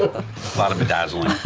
a lot of bedazzling.